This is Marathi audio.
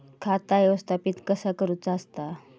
खाता व्यवस्थापित कसा करुचा असता?